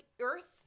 Earth